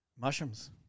mushrooms